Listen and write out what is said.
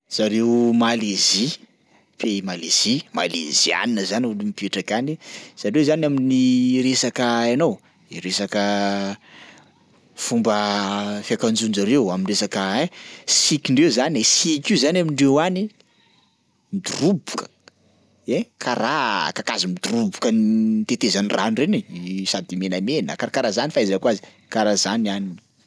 Zareo Malaizia, pays Malaizia, malaiziana zany olo mipetraka any, zareo zany amin'ny resaka hainao resaka fomba fiakanjon-jareo am'resaka hein! Sikindreo izany e, siky io zany amindreo any midoroboka ein karaha kakazo midoroboka m- tetezan'ny rano reny e sady menamena karakaraha zany ny fahaizako azy, karaha zany ny any.